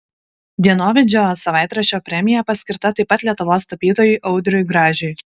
dienovidžio savaitraščio premija paskirta taip pat lietuvos tapytojui audriui gražiui